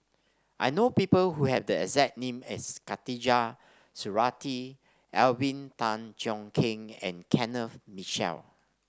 I know people who have the exact name as Khatijah Surattee Alvin Tan Cheong Kheng and Kenneth Mitchell